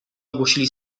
ogłosili